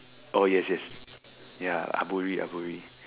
oh yes yes ya aburi aburi